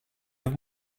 have